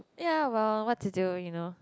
ya well what to do you know